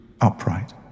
upright